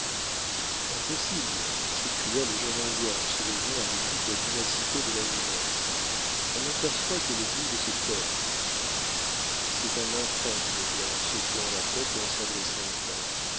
impossible s'écria le jeune indien en se levant avec toute la vivacité de la jeunesse on n'aperçoit que le bout de ses cornes c'est un enfant dit le blanc en secouant la tête et en s'adressant au père